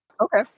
Okay